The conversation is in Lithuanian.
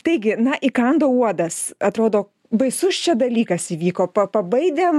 taigi na įkando uodas atrodo baisus čia dalykas įvyko pa pabaidėm